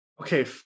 okay